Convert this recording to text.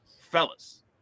fellas